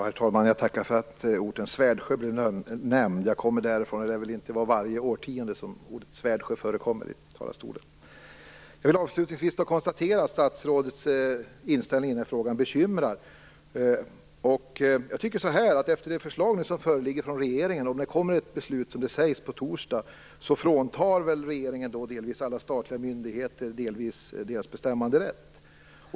Herr talman! Jag tackar för att orten Svärdsjö blev nämnd. Jag kommer därifrån, och det lär väl inte vara varje årtionde som ordet Svärdsjö förekommer i talarstolen. Jag vill avslutningsvis konstatera att statsrådets inställning i den här frågan bekymrar. Enligt det förslag som föreligger från regeringen och det beslut som sägs komma på torsdag fråntar väl regeringen delvis alla statliga myndigheter deras bestämmanderätt.